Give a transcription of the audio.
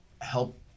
help